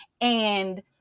and-